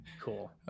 Cool